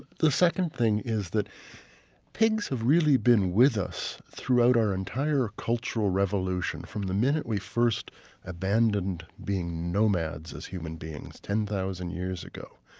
the second thing is that pigs have really been with us throughout our entire cultural revolution. from the minute we first abandoned being nomads as human beings ten thousand years ago,